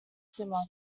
similar